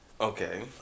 Okay